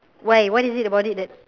why what is it about it that